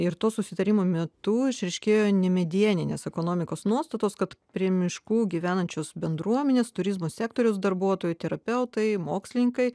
ir to susitarimo metu išryškėjo nemedieninės ekonomikos nuostatos kad prie miškų gyvenančios bendruomenės turizmo sektoriaus darbuotojai terapeutai mokslinkai